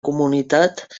comunitat